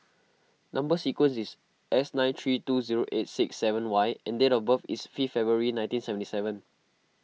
Number Sequence is S nine three two zero eight six seven Y and date of birth is fifth February nineteen seventy seven